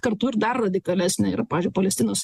kartu ir dar radikalesnė yra pavyzdžiui palestinos